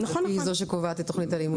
שלדעתי היא זו שקובעת את תוכנית הלימודים.